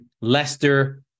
Leicester